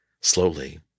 slowly